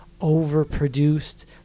overproduced